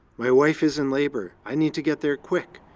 my wife is in labor, i need to get there quick,